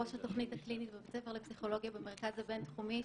ראש התוכנית הקלינית בבית ספר לפסיכולוגיה במרכז הבינתחומי,